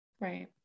Right